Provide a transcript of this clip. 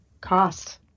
Cost